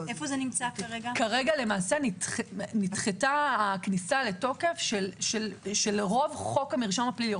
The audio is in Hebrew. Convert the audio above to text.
כרגע נדחתה הכניסה לתוקף של רוב חוק המרשם הפלילי,